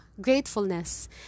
gratefulness